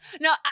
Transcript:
No